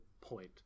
point